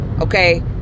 Okay